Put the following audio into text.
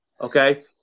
okay